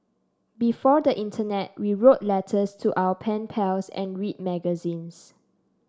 before the internet we wrote letters to our pen pals and read magazines